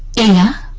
and